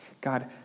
God